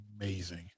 amazing